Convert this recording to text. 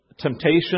temptation